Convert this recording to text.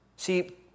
See